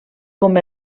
com